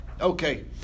okay